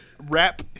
rap